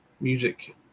Music